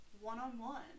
one-on-one